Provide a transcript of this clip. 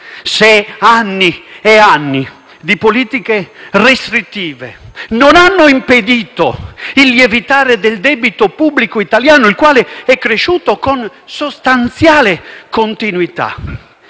se anni e anni di politiche restrittive non hanno impedito il lievitare del debito pubblico italiano, il quale è cresciuto con sostanziale continuità,